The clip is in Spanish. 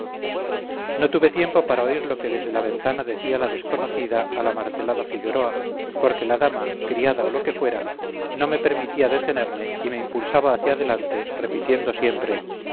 no tuve tiempo para oír lo que desde la ventana decía la desconocida al amartelado figueroa porque la dama criada o lo que fuera no me permitía detenerme y me impulsaba hacia adelante repitiendo siempre